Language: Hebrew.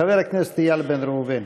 חבר הכנסת איל בן ראובן.